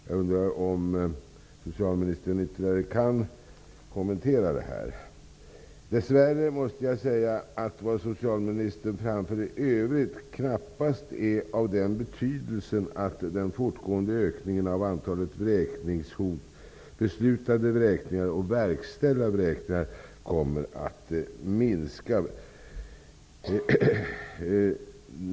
Jag undrar om socialministern kan kommentera det här. Dess värre måste jag säga att det som socialministern i övrigt framför knappast är av den betydelse att den fortgående ökningen av antalet vräkningshot, beslutade vräkningar och verkställda vräkningar kommer att minska.